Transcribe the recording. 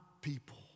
people